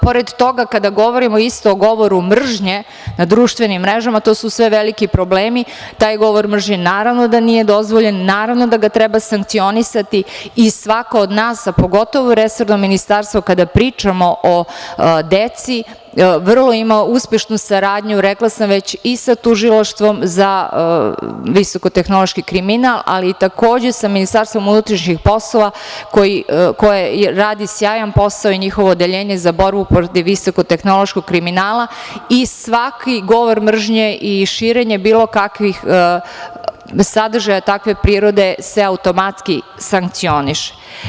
Pored toga, kada govorimo isto o govoru mržnje na društvenim mrežama, to su sve veliki problemi, taj govor mržnje naravno da nije dozvoljen, naravno da ga treba sankcionisati i svako od nas, a pogotovo resorno ministarstvo kada pričamo o deci, vrlo ima uspešnu saradnju, rekla sam već, i sa Tužilaštvom za visokotehnološki kriminal, ali takođe i sa MUP koje radi sjajan posao i njihovo Odeljenje za borbu protiv visokotehnološkog kriminala i svaki govor mržnje i širenje bilo kakvih sadržaja takve prirode se automatski sankcioniše.